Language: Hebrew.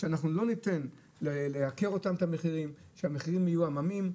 שאנחנו לא ניתן לייקר אות המחירים שהמחירים יהיו עממיים,